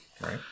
right